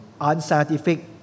unscientific